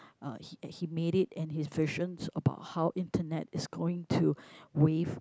uh he uh he made it and his visions about how internet is going to wave